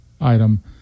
item